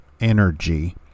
energy